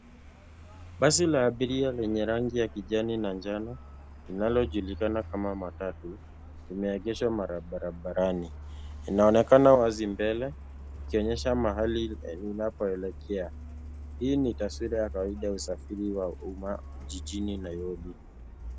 Basi la abiria lenye rangi ya kijani na njano, linalojulikana kama matatu, imeegeshwa barabarani. Inaonekana wazi mbele ikionyesha mahali linapoelekea. Hii ni taswira ya kawaida ya usafiri wa umma jijini Nairobi.